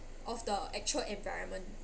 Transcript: of the actual environment